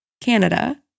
Canada